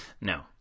No